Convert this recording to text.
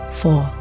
four